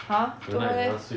!huh! 做么 leh